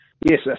yes